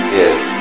yes